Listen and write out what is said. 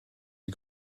die